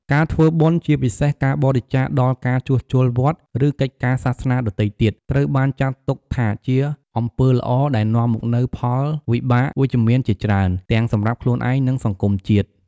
ការធ្វើបុណ្យ ជាពិសេសការបរិច្ចាគដល់ការជួសជុលវត្ត ឬកិច្ចការសាសនាដទៃទៀត ត្រូវបានចាត់ទុកថាជា អំពើល្អ ដែលនាំមកនូវផលវិបាកវិជ្ជមានជាច្រើន ទាំងសម្រាប់ខ្លួនឯង និងសង្គមជាតិ។